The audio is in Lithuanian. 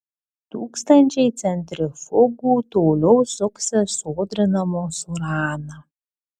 tūkstančiai centrifugų toliau suksis sodrindamos uraną